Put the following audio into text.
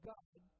God